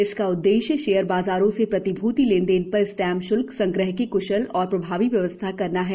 इसका उद्देश्य शेयर बाजारों से प्रतिभृति लेन देन पर स्टैम्प शुल्क संग्रह की क्शल और प्रभावी व्यवस्था करना है